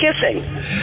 kissing